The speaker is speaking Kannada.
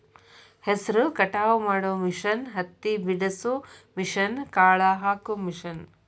ಹೆಸರ ಕಟಾವ ಮಾಡು ಮಿಷನ್ ಹತ್ತಿ ಬಿಡಸು ಮಿಷನ್, ಕಾಳ ಹಾಕು ಮಿಷನ್